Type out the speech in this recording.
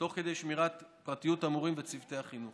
תוך כדי שמירת פרטיות המורים וצוותי החינוך.